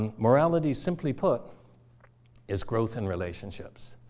and morality simply put is growth in relationships.